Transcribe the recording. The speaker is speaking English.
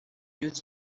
use